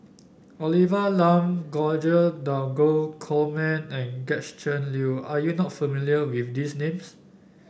Olivia Lum George Dromgold Coleman and Gretchen Liu are you not familiar with these names